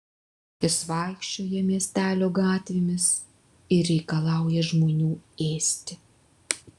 jis vaikščioja miestelio gatvėmis ir reikalauja žmonių ėsti